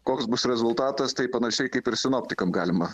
koks bus rezultatas tai panašiai kaip ir sinoptikam galima